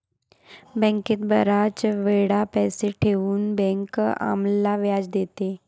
बँकेत बराच वेळ पैसे ठेवून बँक आम्हाला व्याज देते